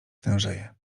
tężeje